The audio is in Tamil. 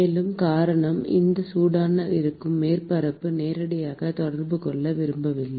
மேலும் காரணம் நீங்கள் சூடாக இருக்கும் மேற்பரப்புடன் நேரடியாக தொடர்பு கொள்ள விரும்பவில்லை